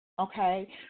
okay